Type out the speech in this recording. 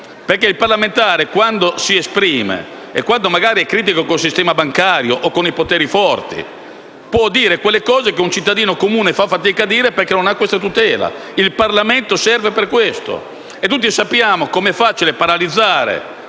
perché il parlamentare quando si esprime e quando è critico, magari con il sistema bancario o con i poteri forti, può dire cose che un cittadino fa fatica a dire perché non ha questa tutela. Il Parlamento serve per questo. E tutti sappiamo come sarebbe facile paralizzare